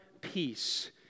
peace